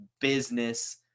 business